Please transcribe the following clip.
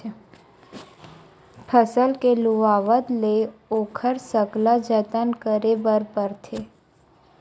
फसल के लुवावत ले ओखर सकला जतन करे बर परथे